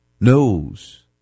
knows